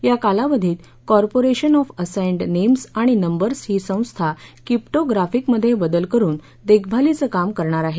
या कालावधीत corporation of assigned names आणि नंबर्स ही संस्था किप्टोग्राफीकमध्ये बदल करुन देखभालीचं काम करणार आहे